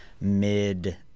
mid